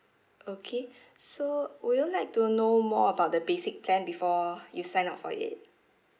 okay so would you like to know more about the basic plan before you sign up for it